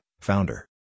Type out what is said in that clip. founder